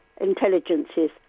intelligences